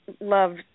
loved